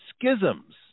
Schisms